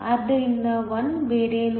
ಆದ್ದರಿಂದl ಬೇರೇನೂ ಅಲ್ಲ Dτ